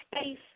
space